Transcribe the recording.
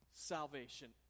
salvation